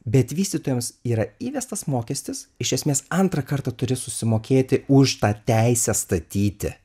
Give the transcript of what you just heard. bet vystytojams yra įvestas mokestis iš esmės antrą kartą turi susimokėti už tą teisę statyti